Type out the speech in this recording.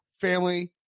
family